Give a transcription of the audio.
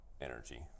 energy